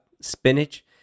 spinach